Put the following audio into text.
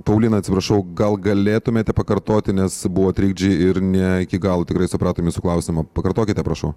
paulina atsiprašau gal galėtumėte pakartoti nes buvo trikdžiai ir ne iki galo tikrai supratom jūsų klausimą pakartokite prašau